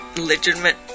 legitimate